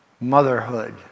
motherhood